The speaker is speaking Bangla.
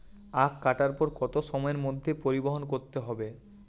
আখ কাটার পর কত সময়ের মধ্যে পরিবহন করতে হবে?